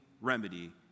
remedy